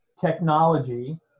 technology